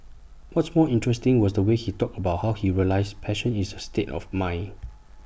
what's more interesting was the way he talked about how he realised passion is A state of mind